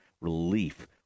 relief